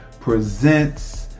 presents